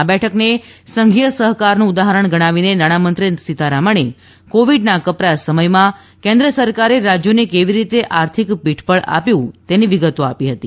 આ બેઠકને સંઘીય સહકારનું ઉદાહરણ ગણાવીને નાણામંત્રી સીતારમણે કોવિડના કપરા સમયમાં કેન્દ્ર સરકારે રાજ્યોને કેવી રીતે આર્થિક પીઠબળ આપ્યું હતું તેની વિગતો આપી હતી